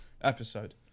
episode